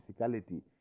physicality